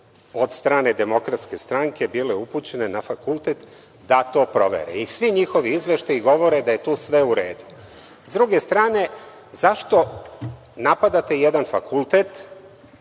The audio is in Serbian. od strane Demokratske stranke bile upućene na fakultet da to provere i svi njihovi izveštaji govore da je to sve u redu.S druge strane, zašto napadate jedan fakultet,